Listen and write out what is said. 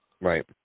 Right